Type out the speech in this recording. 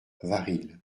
varilhes